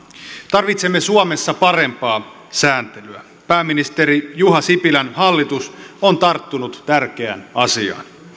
tarvitsemme suomessa parempaa sääntelyä pääministeri juha sipilän hallitus on tarttunut tärkeään asiaan